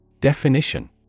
Definition